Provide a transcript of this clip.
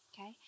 okay